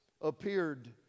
appeared